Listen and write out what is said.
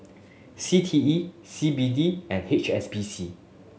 C T E C B D and H S B C